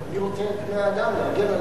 אני רוצה את בני-האדם, להגיע אל הלב.